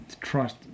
trust